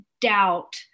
doubt